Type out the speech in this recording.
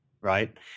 Right